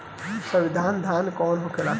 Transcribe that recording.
सुगन्धित धान कौन होखेला?